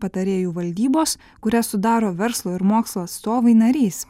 patarėjų valdybos kurią sudaro verslo ir mokslo atstovai narys